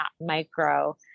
micro